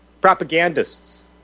propagandists